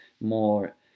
more